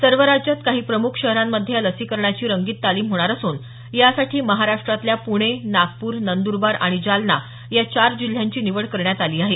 सर्व राज्यांत काही प्रमुख शहरांमध्ये या लसीकरणाची रंगीत तालीम होणार असून यासाठी महाराष्ट्रातल्या पुणे नागपूर नंदरबार आणि जालना या चार जिल्ह्यांची निवड करण्यात आली आहे